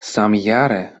samjare